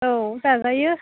औ जाजायो